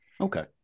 okay